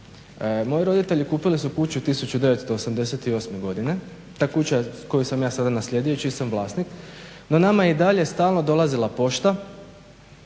Moji roditelji kupili su kuću 1988. godine. To je kuća koju sam ja sada naslijedio i čiji sam vlasnik no nama je i dalje stalno dolazila pošta